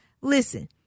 Listen